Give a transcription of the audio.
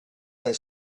their